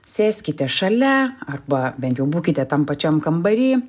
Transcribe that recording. sėskite šalia arba bent jau būkite tam pačiam kambary